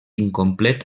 incomplet